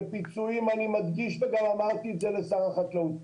אני מדגיש וגם אמרתי את זה לשר החקלאות,